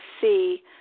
see